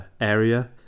area